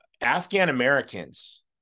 Afghan-Americans